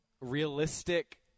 realistic